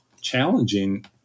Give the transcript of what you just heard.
challenging